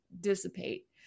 dissipate